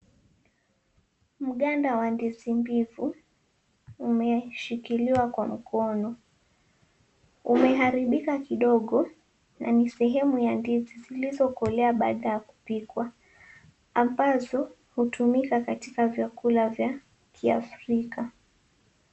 Mganda wa ndizi mbivu umeshikiliwa kwa mkono. Umeharibika kidogo na ni sehemu ya ndizi zilizokolea baada ya kupikwa, ambazo hutumika katika vyakula vya kiafrika.